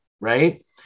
right